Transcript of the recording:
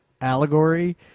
allegory